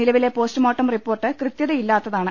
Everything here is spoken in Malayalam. നിലവിലെ പോസ്റ്റ്മോർട്ടം റിപ്പോർട്ട് കൃത്യതയില്ലാത്താണ്